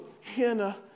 Hannah